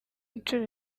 inshuro